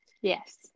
Yes